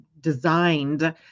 designed